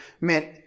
meant